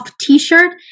t-shirt